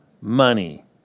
money